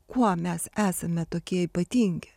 kuo mes esame tokie ypatingi